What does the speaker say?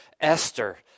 Esther